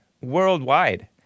worldwide